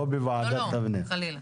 לא בוועדת הפנים.